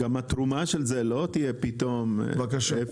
גם התרומה של זה לא תהיה פתאום אפס.